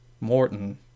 Morton